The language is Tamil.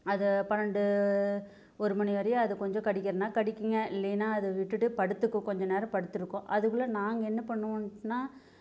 அதை பன்னெண்டு ஒரு மணி வரை அது கொஞ்சம் கடிக்கிறதானா கடிக்குங்க இல்லைனா அது விட்டுட்டு படுத்துக்கும் கொஞ்சம் நேரம் படுத்திருக்கும் அதுக்குள்ளே நாங்கள் என்ன பண்ணுவோன்னால்